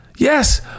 Yes